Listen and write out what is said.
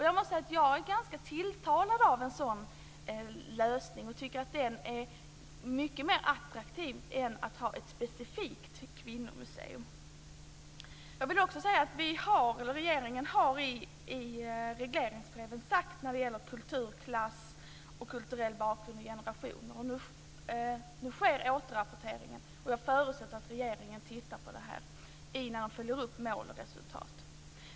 Jag måste säga att jag är ganska tilltalad av en sådan lösning och tycker att den är mycket mer attraktiv än idén om ett specifikt kvinnomuseum. Jag vill också säga att regeringen i regleringsbreven talat om kultur, klass, kulturell bakgrund och generationer. Nu sker återrapporteringen. Jag förutsätter att regeringen tittar på detta när den följer upp mål och resultat.